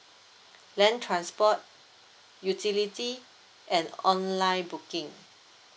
then transport utility and online booking